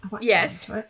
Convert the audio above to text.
Yes